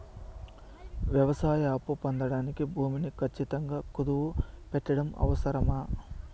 వ్యవసాయ అప్పు పొందడానికి భూమిని ఖచ్చితంగా కుదువు పెట్టడం అవసరమా?